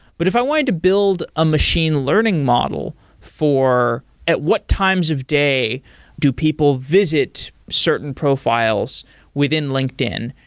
but if i wanted to build a machine learning model for at what times of day do people visit certain profiles within linkedin?